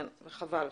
כן, וחבל.